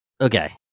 okay